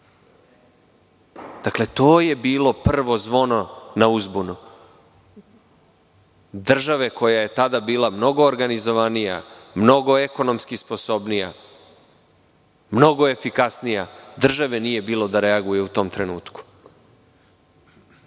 To je bilo prvo zvono na uzbunu države koja je tada bila mnogo organizovanija, mnogo ekonomski sposobnija, mnogo efikasnija. Države nije bilo da reaguje u tom trenutku.U